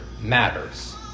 matters